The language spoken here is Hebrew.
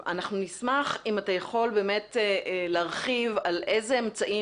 נשמח אם את יכול להרחיב על איזה אמצעים